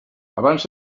abans